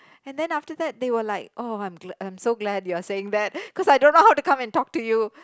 and then after that they were like oh I'm I'm so glad you saying that cause I don't know how to come and talk to you